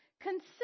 consider